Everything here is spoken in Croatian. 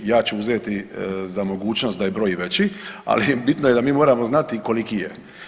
Ja ću uzeti za mogućnost da je broj i veći, ali bitno je da mi moramo znati koliki je.